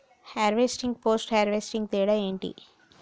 Harvesting, post harvesting తేడా ఏంటి?